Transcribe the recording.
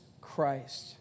Christ